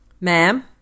Ma'am